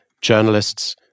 journalists